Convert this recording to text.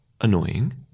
annoying